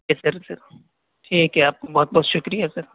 یس sir sir ٹھیک ہے آپ کا بہت بہت شکریہ سر